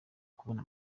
kubona